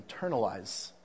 internalize